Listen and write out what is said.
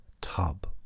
tub